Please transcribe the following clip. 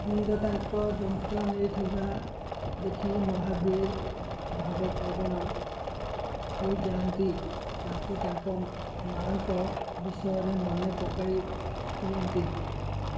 ବୀର ତାଙ୍କ ଯତ୍ନ ନେଉଥିବା ଦେଖି ମହାବୀର ଭାବପ୍ରବଣ ହୋଇଯାଆନ୍ତି ତାଙ୍କୁ ତାଙ୍କ ମାଙ୍କ ବିଷୟରେ ମନେ ପକାଇଦିଅନ୍ତି